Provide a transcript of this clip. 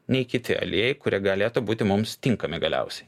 nei kiti aliejai kurie galėtų būti mums tinkami galiausiai